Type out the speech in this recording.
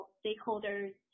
stakeholders